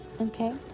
Okay